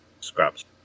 scraps